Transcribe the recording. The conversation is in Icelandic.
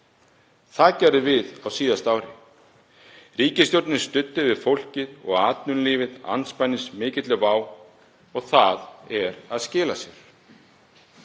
Það gerðum við á síðasta ári. Ríkisstjórnin studdi við fólkið og atvinnulífið andspænis mikilli vá og það er að skila sér.